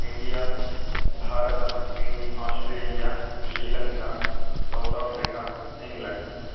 India भारतः इण् Australia Sri Lanka South Africa England